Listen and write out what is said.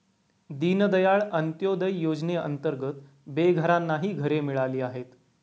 दीनदयाळ अंत्योदय योजनेअंतर्गत बेघरांनाही घरे मिळाली आहेत